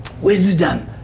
Wisdom